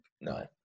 No